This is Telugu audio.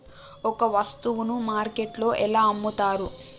ఒక వస్తువును మార్కెట్లో ఎలా అమ్ముతరు?